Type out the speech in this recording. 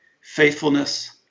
faithfulness